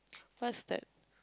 what is that